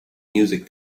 music